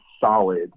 solid